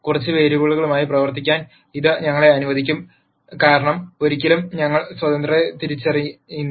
കുറച്ച വേരിയബിളുകളുമായി പ്രവർത്തിക്കാൻ ഇത് ഞങ്ങളെ അനുവദിക്കുന്നു ഒരിക്കൽ ഞങ്ങൾ സ്വതന്ത്രരെ തിരിച്ചറിയുന്നു